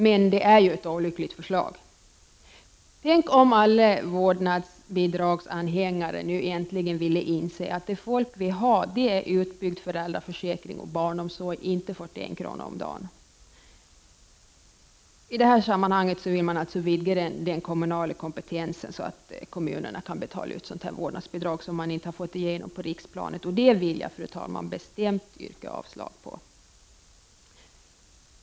Men det är ett olyckligt förslag. Tänk om alla vårdnadsbidragsanhängare nu äntligen ville inse att det folk vill ha är utbyggd föräldraförsäkring och barnomsorg, inte 41 kr. om dagen. Man vill i reservationen vidga den kommunala kompetensen så att kommunerna kan betala ut vårdnadsbidrag, vilket man inte har fått igenom på riksplanet. Det vill jag, fru talman, bestämt yrka avslag på.